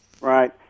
Right